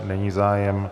Není zájem.